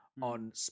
on